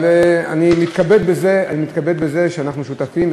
אבל אני מתכבד בזה שאנחנו שותפים,